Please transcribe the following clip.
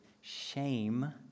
shame